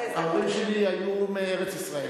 זה, ההורים שלי היו מארץ-ישראל.